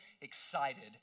excited